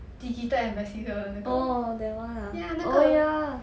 digital ambassador 的那个